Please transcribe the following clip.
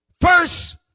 first